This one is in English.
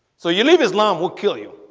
so you leave islam will kill you,